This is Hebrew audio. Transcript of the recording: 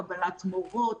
קבלת מורות,